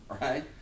right